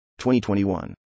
2021